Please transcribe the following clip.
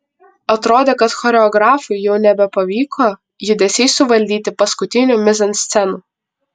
atrodė kad choreografui jau nebepavyko judesiais suvaldyti paskutinių mizanscenų